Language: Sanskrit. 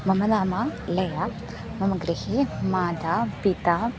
मम नाम लया गृहे माता पिता